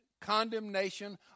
condemnation